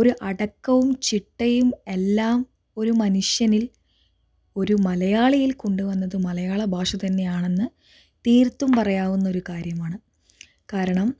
ഒരു അടക്കവും ചിട്ടയും എല്ലാം ഒരു മനുഷ്യനിൽ ഒരു മലയാളിയിൽ കൊണ്ടുവന്നത് മലയാള ഭാഷ തന്നെയാണെന്ന് തീർത്തും പറയാവുന്ന ഒരു കാര്യമാണ് കാരണം